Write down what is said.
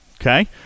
okay